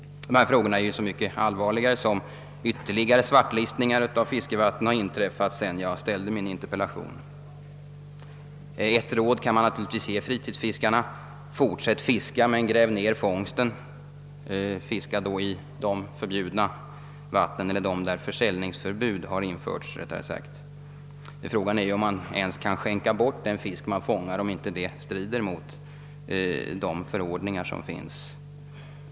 Det är så mycket allvarligare nu att klara informationsfrågorna, eftersom ytterligare svartlistningar av fiskevatten har gjorts sedan jag framställde min interpellation. Ett råd kan man naturligtvis alltid ge fritidsfiskarna: Fortsätt att fiska i förbjudna vatten — eller rättare sagt i vatten där försäljningsförbud har införts på den fångade fisken — och gräv sedan ned fångsten! Det torde vara tveksamt om man ens får skänka bort den fisk man fångar. Det strider förmodligen mot gällande förordningar.